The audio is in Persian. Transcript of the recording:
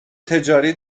تجاری